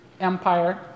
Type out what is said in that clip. empire